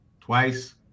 twice